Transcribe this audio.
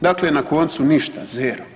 Dakle, na koncu ništa, zero.